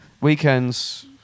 Weekends